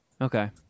Okay